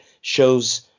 shows